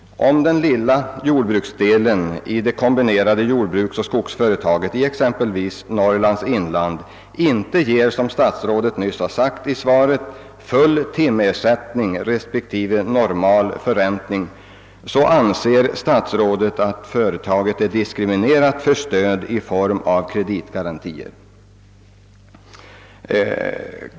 Om den lilla jordbruksdelen i det kombinerade jordbruksoch skogsföretaget i exempelvis Norrlands inland inte ger — som statsrådet nyss har nämnt i svaret — »full timersättning respektive normal förräntning», anser statsrådet att det är diskriminerat i fråga om stöd i form av kreditgarantier.